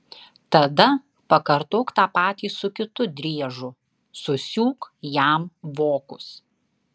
tada pakartok tą patį su kitu driežu susiūk jam vokus